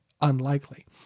unlikely